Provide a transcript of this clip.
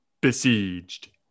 besieged